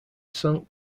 saint